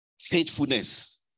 Faithfulness